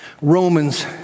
Romans